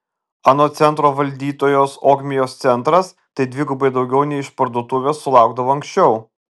anot centro valdytojos ogmios centras tai dvigubai daugiau nei išparduotuvės sulaukdavo anksčiau